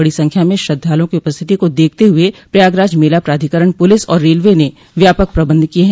बड़ी संख्या में श्रद्वालुओं की उपस्थिति को देखते हुए प्रयागराज मेला प्राधिकरण पुलिस और रेलवे ने व्यापक प्रबंध किये हैं